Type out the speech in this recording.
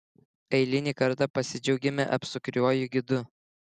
eilinį kartą pasidžiaugiame apsukriuoju gidu